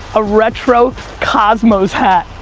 a retro cosmos hat.